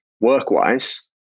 work-wise